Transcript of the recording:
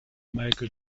michael